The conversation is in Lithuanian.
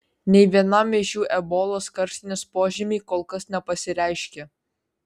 nei vienam iš jų ebolos karštinės požymiai kol kas nepasireiškė